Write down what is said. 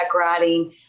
riding